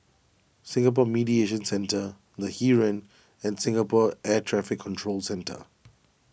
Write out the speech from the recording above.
Singapore Mediation Centre the Heeren and Singapore Air Traffic Control Centre